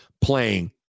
playing